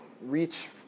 reach